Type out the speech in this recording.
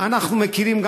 אנחנו מכירים,